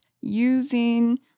using